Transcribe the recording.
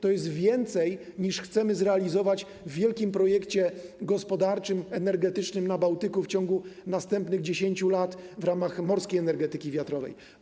To jest więcej, niż chcemy zrealizować w wielkim projekcie gospodarczym, energetycznym na Bałtyku w ciągu następnych 10 lat w ramach morskiej energetyki wiatrowej.